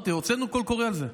הוצאנו קול קורא על זה.